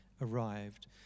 arrived